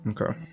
okay